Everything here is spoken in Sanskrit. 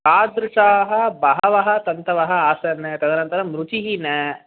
तादृशाः बहवः तन्तवः आसन् तदनन्तरं रुचिः न